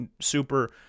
Super